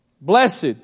Blessed